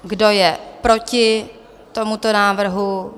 Kdo je proti tomuto návrhu?